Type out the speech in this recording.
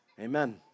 Amen